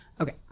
Okay